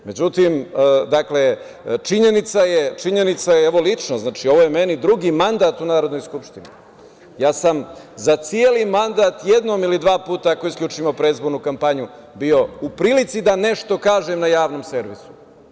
Međutim, činjenica je, evo, lično, znači, ovo je meni drugi mandat u Narodnoj skupštini, ja sam za celi mandat jednom ili dva puta, ako isključimo predizbornu kampanju, bio u prilici da nešto kažem na javnom servisu.